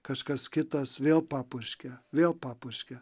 kažkas kitas vėl papurškia vėl papurškia